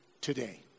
today